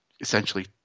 essentially